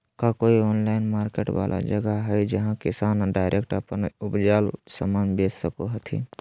का कोई online market वाला जगह हइ जहां किसान डायरेक्ट अप्पन उपजावल समान बेच सको हथीन?